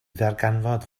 ddarganfod